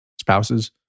spouses